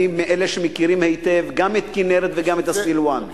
אני מאלה שמכירים היטב גם את כינרת וגם את הסילואן.